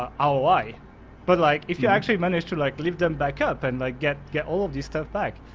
ah ah roi, but like if you actually managed to like lift them back up and like get get all of the stuff back,